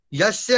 yes